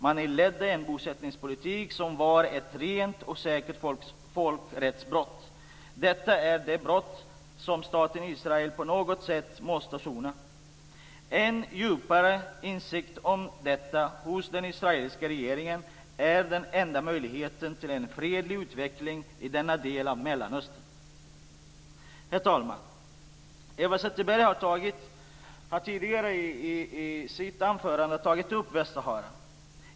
Man inledde en bosättningspolitik som var ett rent och skärt folkrättsbrott. Detta är det brott som staten Israel på något sätt måste sona. En djupare insikt om detta hos den israeliska regeringen är den enda möjligheten till en fredlig utveckling i denna del av Mellanöstern. Herr talman! Eva Zetterberg har tidigare i sitt anförande tagit upp Västsahara.